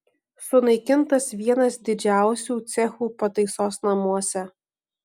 sunaikintas vienas didžiausių cechų pataisos namuose